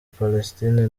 palestine